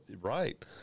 Right